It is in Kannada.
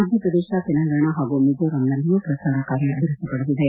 ಮಧ್ಯಪ್ರದೇಶ ತೆಲಂಗಾಣ ಹಾಗೂ ಮಿಜೋರಾಂನಲ್ಲಿಯೂ ಪ್ರಚಾರ ಕಾರ್ಯ ಬಿರುಸು ಪಡೆದಿದೆ